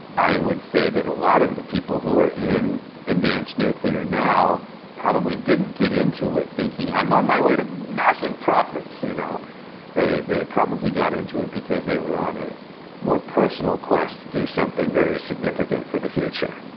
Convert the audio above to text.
i would say that a lot of the people who are in advanced nuclear now probably didn't get into it thinking i'm on my way to massive profits! you know they they probably got into it because they were on a more personal quests to do something very significant for the future.